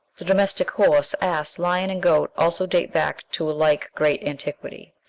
the domestic horse, ass, lion, and goat also date back to a like great antiquity.